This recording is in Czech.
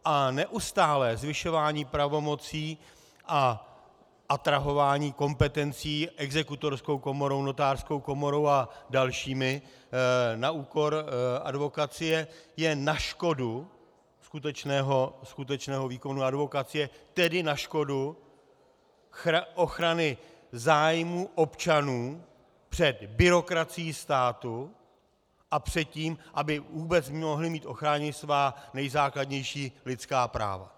A neustálé zvyšování pravomocí a atrahování kompetencí exekutorskou komorou, notářskou komorou a dalšími na úkor advokacie je na škodu skutečného výkonu advokacie, tedy na škodu ochrany zájmů občanů před byrokracií státu a před tím, aby vůbec mohli mít ochráněna svá nejzákladnější lidská práva.